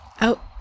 out